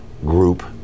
group